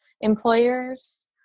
employers